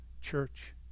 church